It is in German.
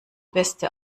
beste